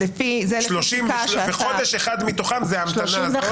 35 יום זה חודש, אחד מתוכם זה ההמתנה הזו.